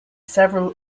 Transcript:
several